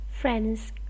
Friends